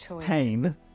pain